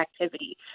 activity